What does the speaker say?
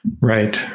Right